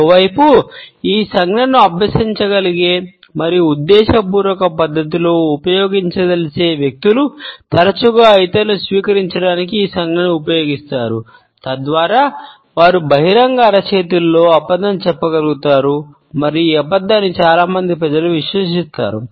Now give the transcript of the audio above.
మరోవైపు ఈ సంజ్ఞను అభ్యసించగలిగే మరియు ఉద్దేశపూర్వక పద్ధతిలో ఉపయోగించగలిగే వ్యక్తులు తరచుగా ఇతరులను స్వీకరించడానికి ఈ సంజ్ఞను ఉపయోగిస్తారు తద్వారా వారు బహిరంగ అరచేతిలో అబద్ధం చెప్పగలుగుతారు మరియు ఈ అబద్ధాన్ని చాలా మంది ప్రజలు విశ్వసిస్తారు